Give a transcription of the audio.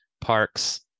parks